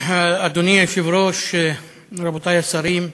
אדוני היושב-ראש, רבותי השרים,